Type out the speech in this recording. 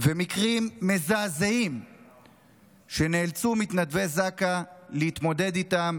מקרים מזעזעים שמתנדבי זק"א נאלצו להתמודד איתם